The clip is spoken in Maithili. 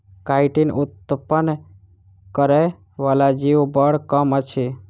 काइटीन उत्पन्न करय बला जीव बड़ कम अछि